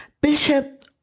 Bishop